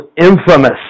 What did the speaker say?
infamous